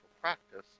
practice